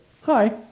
hi